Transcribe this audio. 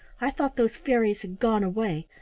i thought those fairies had gone away,